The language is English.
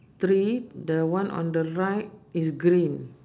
three the one on the right is green